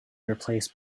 replaced